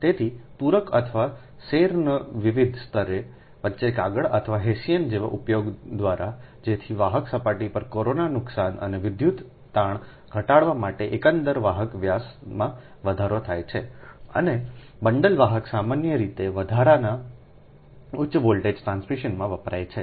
તેથી પૂરક અથવા સેરના વિવિધ સ્તરો વચ્ચે કાગળ અથવા હેસિયન જેવા ઉપયોગ દ્વારા જેથી વાહક સપાટી પર કોરોના નુકસાન અને વિદ્યુત તાણ ઘટાડવા માટે એકંદર વાહક વ્યાસમાં વધારો થાય છે અને બંડલ વાહક સામાન્ય રીતે વધારાના ઉચ્ચ વોલ્ટેજ ટ્રાન્સમિશનમાં વપરાય છે